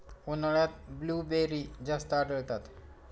उन्हाळ्यात ब्लूबेरी जास्त आढळतात